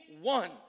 one